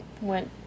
went